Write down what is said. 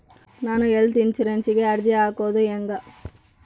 ನಾನು ಹೆಲ್ತ್ ಇನ್ಸುರೆನ್ಸಿಗೆ ಅರ್ಜಿ ಹಾಕದು ಹೆಂಗ?